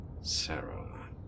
Sarah